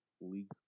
League's